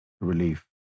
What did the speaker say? relief